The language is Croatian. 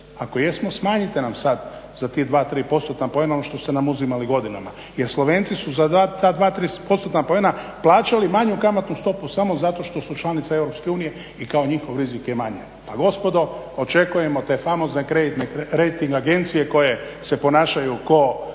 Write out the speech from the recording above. ako jesmo, smanjite nam sad za tih dva, tri postotna poena ono što ste nam uzimali godinama. Jer Slovenci su za ta dva, tri postotna poena plaćali manju kamatnu stopu samo zato što su članica EU i kao njihov rizik je manji. Pa gospodo, očekujemo te famozne kreditne rejting agencije koje se ponašaju ko